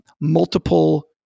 multiple